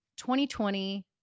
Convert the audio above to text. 2020